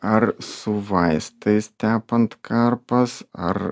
ar su vaistais tepant karpas ar